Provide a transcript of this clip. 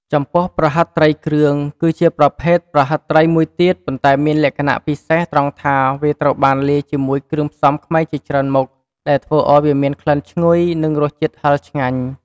ចំពោះ ប្រហិតត្រី គ្រឿង គឺជាប្រភេទប្រហិតត្រីមួយទៀត ប៉ុន្តែមានលក្ខណៈពិសេសត្រង់ថាវាត្រូវបានលាយជាមួយគ្រឿងផ្សំខ្មែរជាច្រើនមុខ ដែលធ្វើឱ្យវាមានក្លិនឈ្ងុយ និងរសជាតិហឹរឆ្ងាញ់។